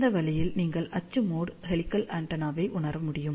இந்த வழியில் நீங்கள் அச்சு மோட் ஹெலிகல் ஆண்டெனாவை உணர முடியும்